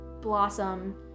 blossom